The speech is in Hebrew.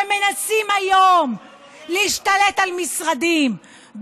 שמנסים היום להשתלט על משרדים,